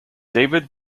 david